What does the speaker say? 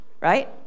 right